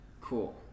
Cool